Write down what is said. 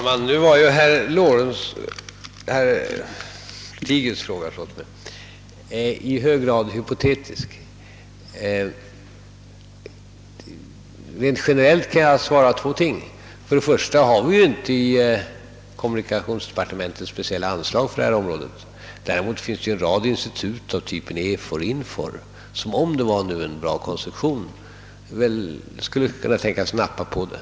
Herr talman! Herr Lothigius fråga var i hög grad hypotetisk. Rent generellt kan jag ge två besked. För det första har vi inte inom kommunikationsdepartementet speciella anslag för detta område. Däremot finns det en rad institut av typen EFOR och INFOR, som om det vore en god konstruktion skulle kunna tänkas nappa på detta.